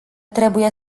trebuie